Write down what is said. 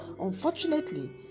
unfortunately